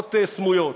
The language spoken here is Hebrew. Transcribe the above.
ומטרות סמויות.